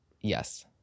Yes